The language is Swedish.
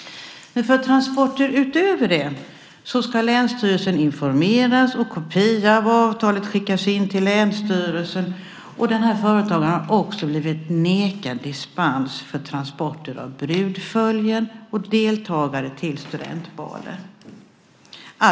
Men för transporter utöver det ska länsstyrelsen informeras och en kopia av avtalet skickas in till länsstyrelsen. Den här företagaren har också blivit nekad dispens för transporter av brudföljen och deltagare till studentbaler.